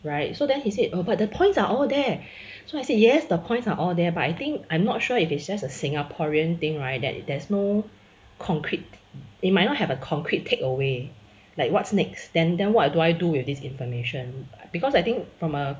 right so then he said oh but the points are all there so I say yes the points are all there but I think I'm not sure if it's just a singaporean thing right that there's no concrete he might not have a concrete take away like what's next then then what do I do with this information because I think from a